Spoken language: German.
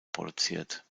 produziert